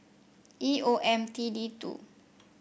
E O M T D two